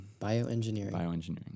Bioengineering